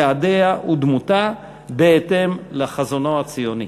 יעדיה ודמותה בהתאם לחזונו הציוני.